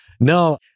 no